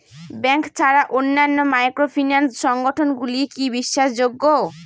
Bank ছাড়া অন্যান্য microfinance সংগঠন গুলি কি বিশ্বাসযোগ্য?